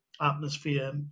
atmosphere